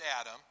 Adam